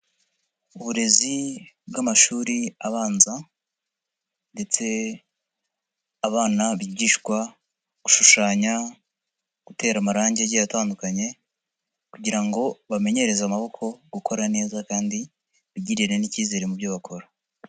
Uburezi bw'amashuri abanza ndetse abana bigishwa gushushanya, gutera amarangi igiye atandukanye kugira ngo bamenyereze amaboko gukora neza kandi bigirire n'icyizere mu byo bakora.